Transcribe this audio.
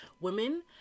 women